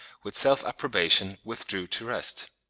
with self-approbation, withdrew to rest.